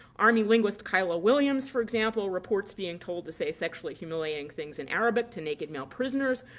army linguist kyla williams, for example, reports being told to say sexually humiliating things in arabic to naked male prisoners.